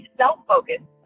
self-focused